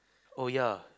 oh ya